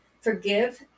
Forgive